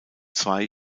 zwei